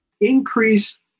Increase